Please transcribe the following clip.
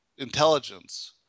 intelligence